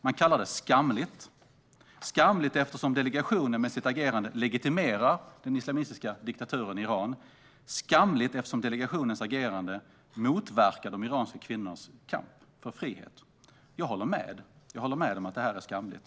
De kallar det skamligt, eftersom delegationen med sitt agerande legitimerar den islamistiska diktaturen i Iran och skamligt eftersom delegationens agerande motverkar de iranska kvinnornas kamp för frihet. Jag håller med om att det är skamligt.